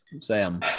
Sam